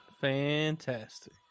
Fantastic